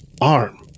arm